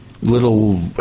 little